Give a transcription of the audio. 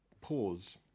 pause